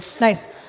Nice